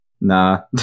Nah